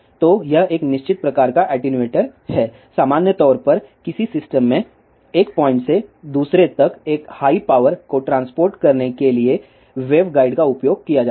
तो यह एक निश्चित प्रकार का एटीन्यूएटर है सामान्य तौर पर किसी सिस्टम में एक पॉइंट से दूसरे तक एक हाई पावर को ट्रांसपोर्ट करने के लिए वेव गाइड का उपयोग किया जाता है